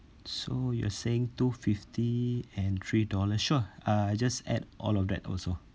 so you are saying two-fifty and three dollar sure uh just add all of that also